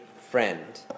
friend